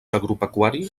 agropecuari